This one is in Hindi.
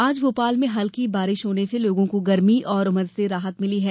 आज भोपाल में हल्की बारिश होने से लोगों को गर्मी और उमस से राहत मिली है